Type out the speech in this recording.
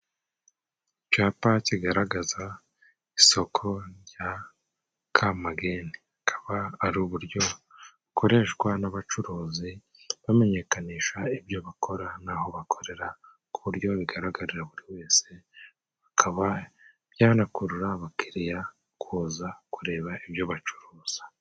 Icyapa kigaragaza isoko rya kamageni, kaba ari uburyo bukoreshwa n'abacuruzi bamenyekanisha ibyo bakora n'aho bakorera ku uburyo bigaragarira buri wese bakaba byanakurura abakiriya kuza kureba ibyo bacuruza.